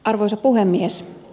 arvoisa puhemies